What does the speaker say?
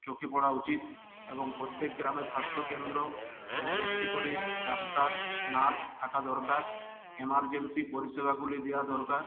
চোখে পড়া উচিত এবং প্রত্যেক গ্রামে স্বাস্থ্য কেন্দ্র এবং একটি করে ডাক্তার নার্স থাকা দরকার এমার্জেন্সি পরিষেবাগুলি দেওয়া দরকার